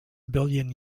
billion